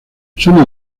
son